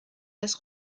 das